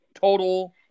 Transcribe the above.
total